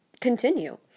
continue